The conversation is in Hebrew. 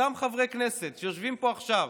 אותם חברי כנסת שיושבים פה עכשיו